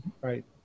right